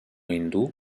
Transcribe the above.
hindú